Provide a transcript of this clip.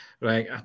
Right